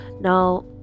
now